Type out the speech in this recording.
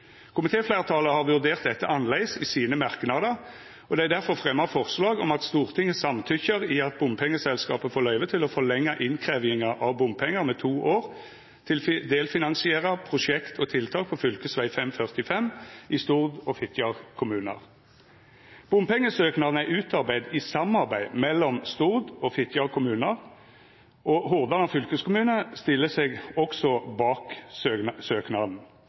har vurdert dette annleis i sine merknader, og det er derfor fremja forslag om at «Stortinget samtykkjer i at bompengeselskapa får løyve til å forlengje innkrevjinga av bompengar med to år til å delfinansiera prosjekt og tiltak på fv. 545 i Stord og Fitjar kommunar.» Bompengesøknaden er utarbeidd i samarbeid mellom Stord og Fitjar kommunar, og Hordaland fylkeskommune stiller seg også bak søknaden,